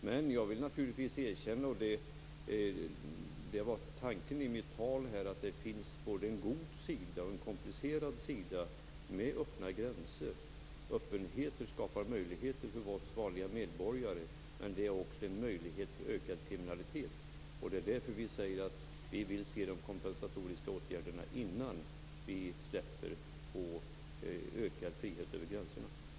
Men jag vill naturligtvis erkänna, och det var tanken i mitt tal, att öppna gränser har både en god sida och en komplicerad sida. Öppenhet skapar möjligheter för oss vanliga medborgare men ger också tillfällen till ökad kriminalitet. Det är därför som vi säger att vi vill se de kompensatoriska åtgärderna innan en ökad frihet över gränserna släpps fram.